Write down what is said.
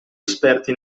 esperti